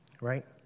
right